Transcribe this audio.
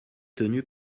tenus